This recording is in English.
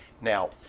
Now